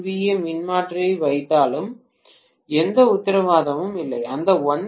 ஏ மின்மாற்றியை வைத்தாலும் எந்த உத்தரவாதமும் இல்லை அந்த 1 எம்